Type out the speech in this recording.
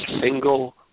single